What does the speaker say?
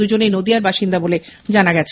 দুজনেই নদীয়ার বাসিন্দা বলে জানা গেছে